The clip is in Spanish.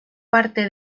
parte